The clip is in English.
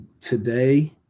today